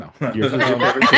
No